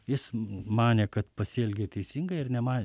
jis manė kad pasielgė teisingai ir nema